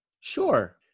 Sure